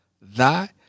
Thy